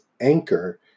Anchor